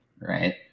right